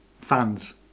fans